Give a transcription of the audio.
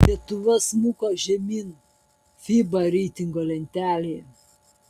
lietuva smuko žemyn fiba reitingo lentelėje